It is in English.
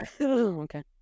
Okay